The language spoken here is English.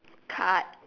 card